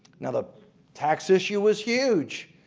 and the tax issue was huge,